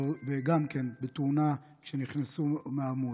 גם בתאונה כשנכנסו בעמוד.